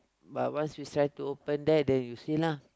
but once you tried to open there then you see lah